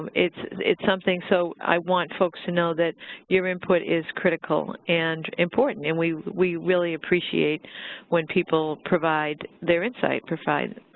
um it's it's something so i want folks to know that your input is critical and important, and we we really appreciate when people provide their insight and provide